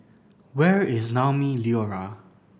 where is Naumi Liora